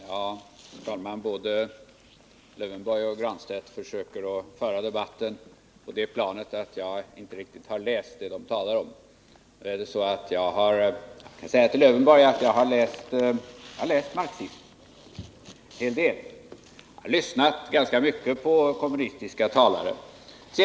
Herr talman! Både Alf Lövenborg och Pär Granstedt försöker föra debatten på det planet att jag inte riktigt har läst det de talar om. Jag vill säga till Alf Lövenborg att jag har läst marxism en hel del, och jag har lyssnat ganska mycket på kommunistiska talare.